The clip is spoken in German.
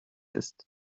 ist